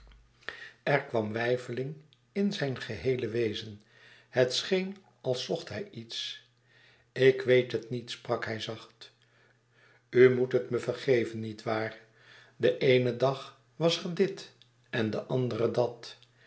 er kwam weifeling in zijn geheele wezen het scheen als zocht hij iets ik weet het niet sprak hij zacht u moet het me vergeven niet waar den eenen dag was er dit en den anderen dat